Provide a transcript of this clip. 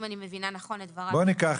אם אני מבינה נכון את דבריו.